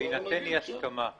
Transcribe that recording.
בהינתן אי הסכמה,